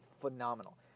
Phenomenal